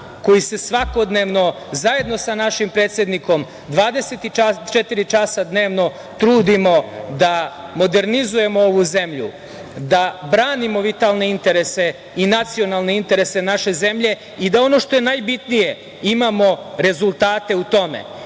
koji se svakodnevno zajedno sa našim predsednikom 24 časa dnevno trudimo da modernizujemo ovu zemlju, da branimo vitalne interese i nacionalne interese naše zemlje i da ono što je najbitnije imamo rezultate u